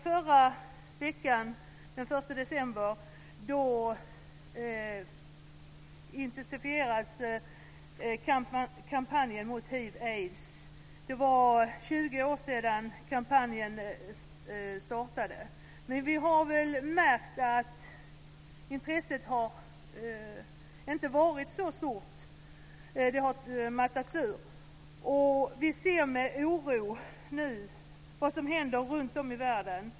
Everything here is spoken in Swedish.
Den 1 december förra veckan intensifierades kampanjen mot hiv/aids. Det var 20 år sedan kampanjen startade, men vi har märkt att intresset inte har varit så stort. Det har mattats av. Vi ser nu med oro på vad som händer runtom i världen.